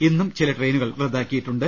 ഇന്നും ചില ട്രെയിനുകൾ റദ്ദാക്കിയിട്ടുണ്ട്